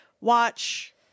watch